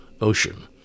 ocean